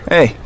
Hey